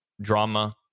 drama